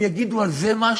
הם יגידו על זה משהו?